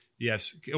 Yes